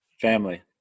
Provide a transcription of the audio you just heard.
Family